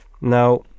Now